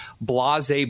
Blase